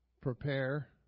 prepare